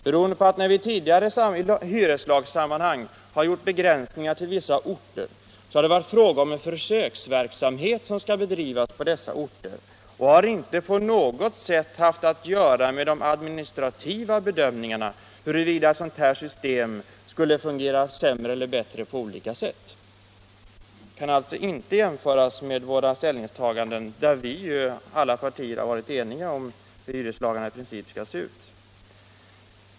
När vi i tidigare hyreslagssammanhang har gjort begränsningar till vissa orter har det varit fråga om en försöksverksamhet som skall bedrivas på dessa orter och som inte haft något som helst att göra med de administrativa bedömningarna huruvida ett sådant här system skulle fungera sämre eller bättre på olika sätt. Det kan alltså inte här göras någon jämförelse med de ställningstaganden där alla partier har varit eniga om hur hyreslagarna i princip skall se ut.